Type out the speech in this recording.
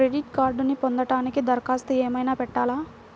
Credit కార్డ్ను పొందటానికి దరఖాస్తు ఏమయినా పెట్టాలా?